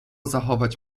zachować